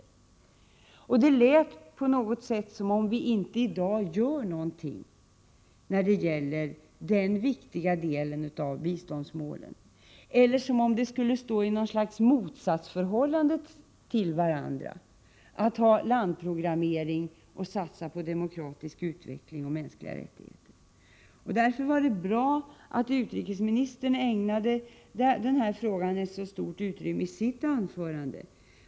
Det lät på något sätt som om vi i dag inte gör någonting när det gäller den viktiga delen av biståndsmålen, eller som om det skulle ” föreligga något slags motsatsförhållande i att samtidigt ha landprogramme ring och att satsa på demokratisk utveckling och mänskliga rättigheter. Därför var det bra att utrikesministern ägnade den här frågan ett så stort utrymme i sitt anförande.